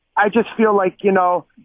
i just feel like, you know,